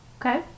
Okay